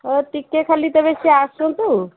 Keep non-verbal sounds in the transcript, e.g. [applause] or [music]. [unintelligible] ଟିକିଏ ଖାଲି ତେବେ ସେ ଆସନ୍ତୁ